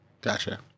Gotcha